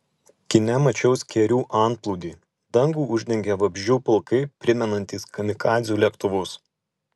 kine mačiau skėrių antplūdį dangų uždengė vabzdžių pulkai primenantys kamikadzių lėktuvus